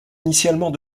initialement